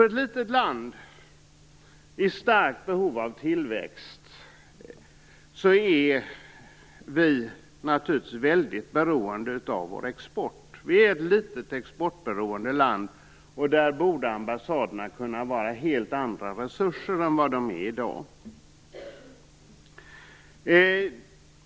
Ett litet land i starkt behov av tillväxt är naturligtvis väldigt beroende av sin export. Sverige är ett litet och exportberoende land och därför borde ambassaderna kunna vara helt andra resurser än vad de är i dag.